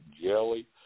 jelly